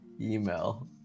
email